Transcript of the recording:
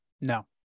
No